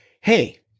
Hey